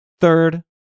Third